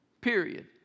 Period